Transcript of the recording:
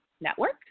Network